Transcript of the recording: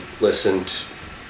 listened